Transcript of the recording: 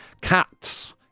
cats